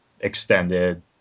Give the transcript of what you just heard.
extended